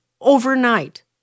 overnight